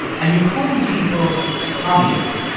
and you call these people hobbyists.